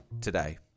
today